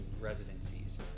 residencies